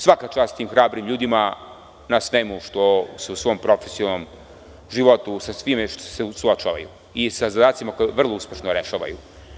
Svaka čast tim hrabrim ljudima na svemu sa čime se u svom profesionalnom životu suočavaju i sa zadacima koje vrlo uspešno rešavaju.